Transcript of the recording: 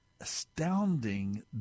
astounding